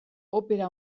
opera